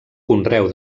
conreu